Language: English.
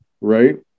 right